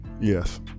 yes